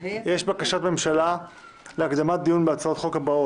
לגבי סעיף 4 נחכה ליושב-ראש ועדת החוץ והביטחון שיגיע.